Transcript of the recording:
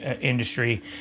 Industry